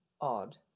odd